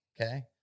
okay